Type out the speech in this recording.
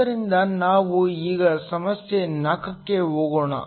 ಆದ್ದರಿಂದ ನಾವು ಈಗ ಸಮಸ್ಯೆ 4 ಕ್ಕೆ ಹೋಗೋಣ